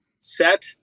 set